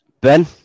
Ben